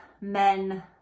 men